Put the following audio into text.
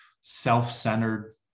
self-centered